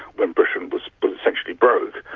when britain was but essentially broke.